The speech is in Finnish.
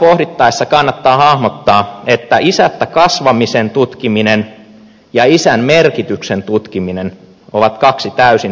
asiaa pohdittaessa kannattaa hahmottaa että isättä kasvamisen tutkiminen ja isän merkityksen tutkiminen ovat kaksi täysin